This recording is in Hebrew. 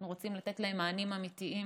אנחנו רוצים לתת להם מענים אמיתיים.